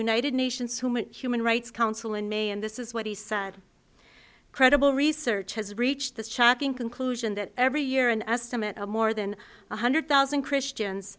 united nations who meant human rights council in may and this is what he said credible research has reached this shocking conclusion that every year an estimate of more than one hundred thousand christians